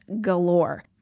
galore